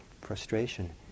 frustration